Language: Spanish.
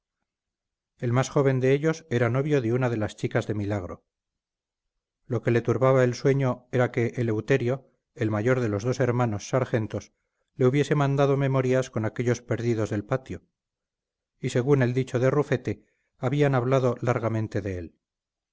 el más joven de ellos era novio de una de las chicas de milagro lo que le turbaba el sueño era que eleuterio el mayor de los dos hermanos sargentos le hubiese mandado memorias con aquellos perdidos del patio y según el dicho de rufete habían hablado largamente de él